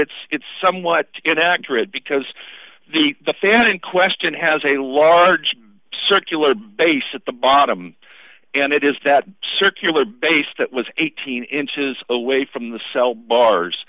it's it's somewhat inaccurate because the the fan in question has a large circular base at the bottom and it is that circular base that was eighteen inches away from the cell bars